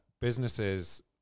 businesses